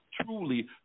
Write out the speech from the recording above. truly